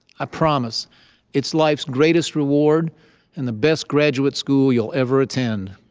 i promise it's life's greatest reward and the best graduate school you'll ever attend.